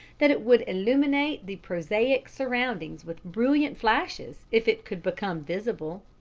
that it would illuminate the prosaic surroundings with brilliant flashes if it could become visible.